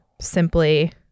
simply